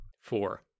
four